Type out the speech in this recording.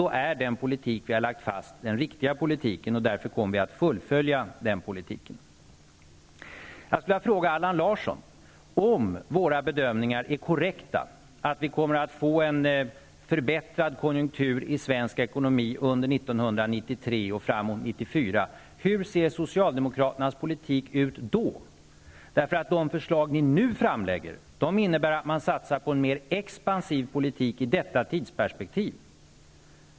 Då är den politik vi har lagt fast den riktiga politiken, och därför kommer vi att fullfölja denna politik. Jag skulle vilja fråga Allan Larsson: Om våra bedömningar är korrekta, att vi kommer att få en förbättrad konjunktur i svensk ekonomi under 1993 och fram mot 1994 hur ser då socialdemokraternas politik ut? Det förslag ni nu lägger fram innebär satsning på en mer expansiv politik i detta tidsperspektiv.